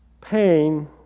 pain